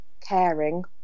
caring